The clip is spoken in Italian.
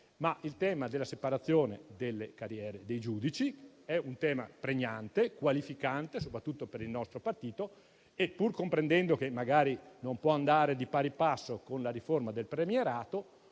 ma il tema della separazione delle carriere dei giudici è pregnante e qualificante, soprattutto per il nostro partito. Pertanto, pur comprendendo che non può andare di pari passo con la riforma del premierato,